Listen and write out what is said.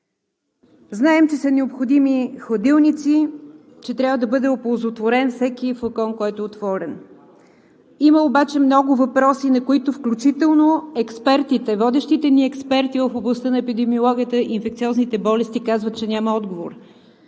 Знаем, че са необходими хладилници, че трябва да бъде оползотворен всеки флакон, който е отворен. Има обаче много въпроси, на които включително експертите – водещите ни експерти в областта на епидемиологията и инфекциозните болести, казват, че няма отговор.